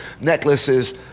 necklaces